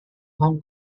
hong